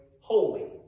holy